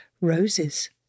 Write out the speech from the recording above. Roses